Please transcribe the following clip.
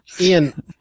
Ian